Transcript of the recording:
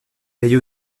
veille